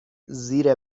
زیر